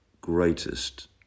greatest